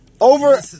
over